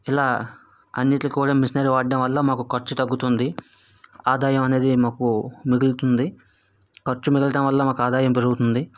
ఇలా అన్నింటికి కూడా మిషనరీ వాడటం వల్ల మనకు ఖర్చు తగ్గుతుంది ఆదాయం అనేది మాకు మిగులుతుంది ఖర్చు మిగలడం వల్ల మాకు ఆదాయం పెరుగుతుంది